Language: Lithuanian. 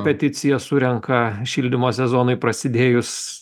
peticiją surenka šildymo sezonui prasidėjus